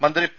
മന്ത്രി പി